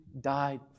died